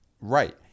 Right